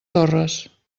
torres